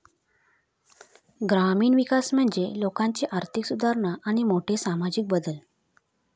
ग्रामीण विकास म्हणजे लोकांची आर्थिक सुधारणा आणि मोठे सामाजिक बदल